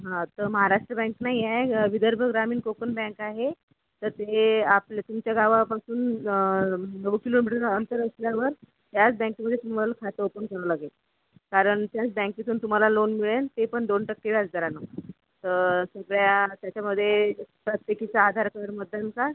हां तर महाराष्ट्र बँक नाही आहे विदर्भ ग्रामीण कोकण बँक आहे तर ते आपलं तुमच्या गावापासून नऊ किलोमीटर अंतर असल्यावर त्याच बँकेमध्ये तुम्हाला खातं ओपन करावं लागेल कारण त्याच बँकेतून तुम्हाला लोन मिळेल ते पण दोन टक्के व्याज दरानं तर सगळ्या त्याच्यामध्ये प्रत्येकीचं आधार